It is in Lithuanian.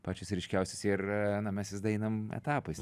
pačios ryškiausios ir na mes visada einam etapais